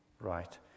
right